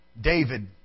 David